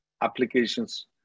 applications